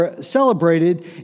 celebrated